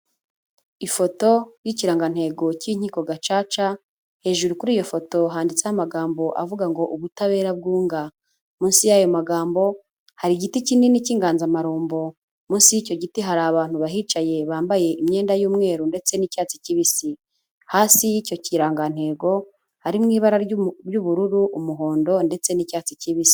Ifoto y'ikirangantego cy'inkiko gacaca, hejuru kuri iyo foto handitseho amagambo avuga ngo "ubutabera bwunga." Munsi y'ayo magambo hari igiti kinini cy'inganzamarumbo, munsi y'icyo giti hari abantu bahicaye bambaye imyenda y'umweru ndetse n'icyatsi kibisi. Hasi y'icyo kirangantego harimo ibara ry'ubururu, umuhondo ndetse n'icyatsi kibisi.